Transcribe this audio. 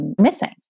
missing